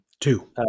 Two